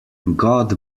god